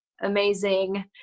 amazing